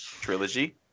trilogy